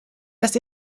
das